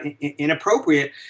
inappropriate –